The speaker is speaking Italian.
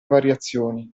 variazioni